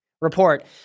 Report